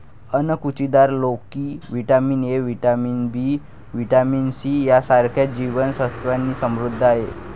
अणकुचीदार लोकी vitamin A, vitamin B, vitamin C यांसारख्या जीवन सत्त्वांनी समृद्ध आहे